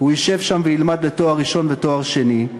הוא ישב שם וילמד לתואר ראשון ולתואר שני,